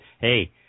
hey